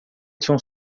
tinha